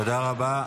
תודה רבה.